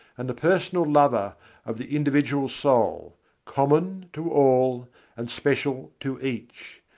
and the personal lover of the individual soul common to all and special to each,